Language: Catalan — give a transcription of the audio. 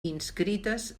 inscrites